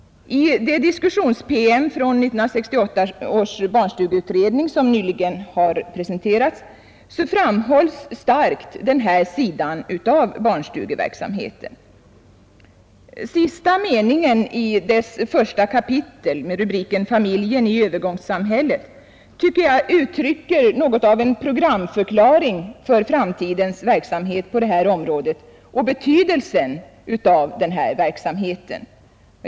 I den diskussions-PM från 1968 års barnstugeutredning som nyligen har presenterats framhålls starkt den här sidan av barnstugeverksamheten. Sista meningen i dess första kapitel Familjen i övergångssamhället tycker jag uttrycker en programförklaring för framtidens verksamhet på det här området och betydelsen av den verksamheten.